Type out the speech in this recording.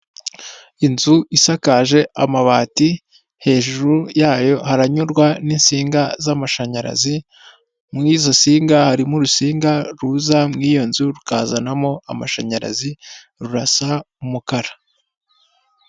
Inzu isakaje amabati, hejuru yayo haranyurwa n'insinga z'amashanyarazi, muri izo nsinga harimo urusinga ruza mu iyo nzu rukazanamo amashanyarazi, rurasa umukara.